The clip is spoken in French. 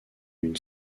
une